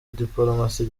dipolomasi